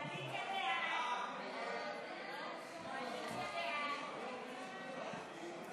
ההצעה להעביר את הצעת חוק-יסוד: הכנסת (תיקון,